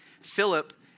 Philip